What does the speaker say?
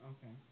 Okay